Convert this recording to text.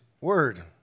word